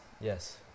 Yes